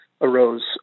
arose